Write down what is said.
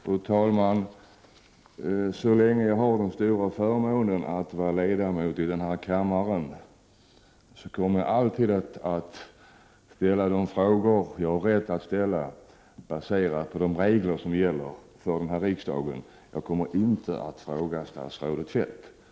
Fru talman! Så länge jag har den stora förmånen att vara ledamot av denna kammare kommer jag alltid att ställa de frågor som jag har rätt att ställa enligt de regler som gäller för riksdagen. Jag kommer inte att först fråga 21 statsrådet Feldt om lov. Prot.